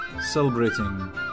Celebrating